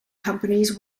companies